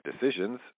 decisions